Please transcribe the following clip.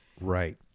right